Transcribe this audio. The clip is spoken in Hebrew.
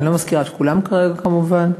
אני לא מזכירה את כולן כרגע כמובן,